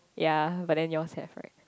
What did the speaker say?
ya but then yours have right